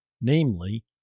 namely